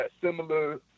similar